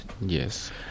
Yes